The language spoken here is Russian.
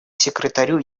секретарю